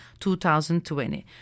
2020